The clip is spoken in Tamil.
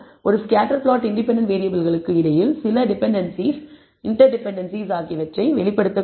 ஆனால் ஒரு ஸ்கேட்டர் பிளாட் இண்டிபெண்டன்ட் வேறியபிள்கள்களுக்கு இடையில் சில டிபெண்டென்சிஸ் இன்டெர்டிபெண்டென்சிஸ் ஆகியவற்றை வெளிப்படுத்தக்கூடும்